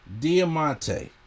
Diamante